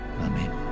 Amen